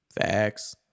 Facts